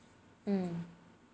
hmm